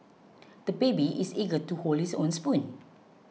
the baby is eager to hold his own spoon